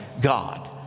God